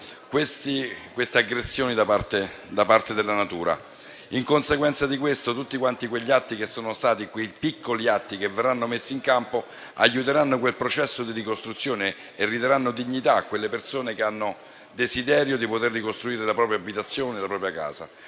aggressioni da parte della natura. In conseguenza di ciò, tutti i piccoli atti che verranno messi in campo aiuteranno il processo di ricostruzione e ridaranno dignità a quelle persone che hanno desiderio di poter ricostruire la propria abitazione, la propria casa.